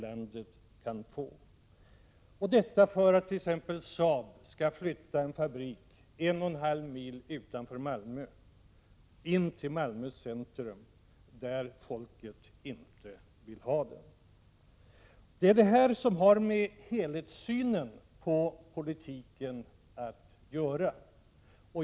Allt detta gör man för att t.ex. Saab skall flytta en fabrik som ligger en och en halv mil utanför Malmö till Malmö centrum, där folket inte vill ha den. Detta har med helhetssynen på politiken att göra.